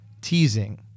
teasing